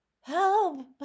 help